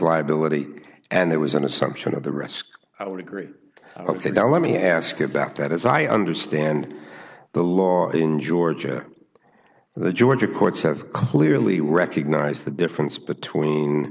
liability and there was an assumption of the risk i would agree ok now let me ask you about that as i understand the law in georgia the georgia courts have clearly recognized the difference between